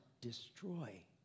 destroy